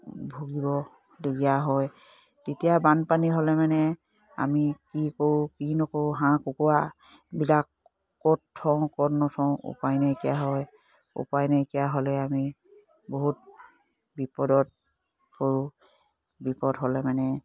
ভুগিবলগীয়া হয় তেতিয়া বানপানী হ'লে মানে আমি কি কৰোঁ কি নকৰোঁ হাঁহ কুকুৰাবিলাক ক'ত থওঁ ক'ত নথওঁ উপায় নাইকিয়া হয় উপায় নাইকিয় হ'লে আমি বহুত বিপদত পৰোঁ বিপদ হ'লে মানে